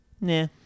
Nah